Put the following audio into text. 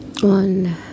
one